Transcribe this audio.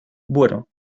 bueno